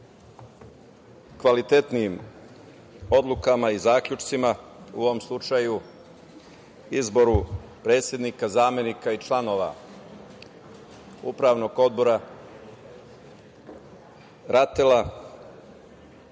kvalitetnijim odlukama i zaključcima, u ovom slučaju izboru predsednika, zamenika i članova Upravnog odbora RATEL-a.